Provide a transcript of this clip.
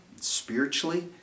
spiritually